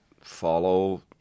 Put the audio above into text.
follow